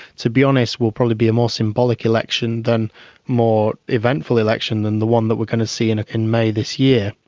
to be honest, will probably be a more symbolic election, a more eventful election than the one that we're going to see in in may this year.